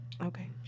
Okay